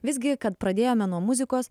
visgi kad pradėjome nuo muzikos